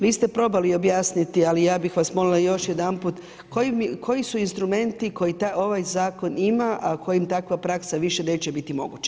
Vi ste probali objasniti, ali ja bih vas molila još jedanput, koji su instrumenti koji ovaj zakon ima, a kojim takva praksa više neće biti moguća?